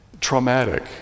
traumatic